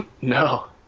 No